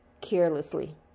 carelessly